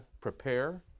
prepare